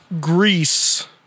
Greece